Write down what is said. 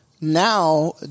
now